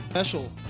special